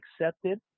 accepted